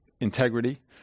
integrity